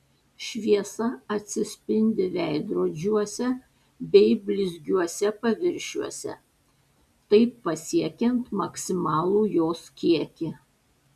šviesa atsispindi veidrodžiuose bei blizgiuose paviršiuose taip pasiekiant maksimalų jos kiekį